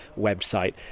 website